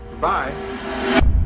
Bye